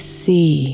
see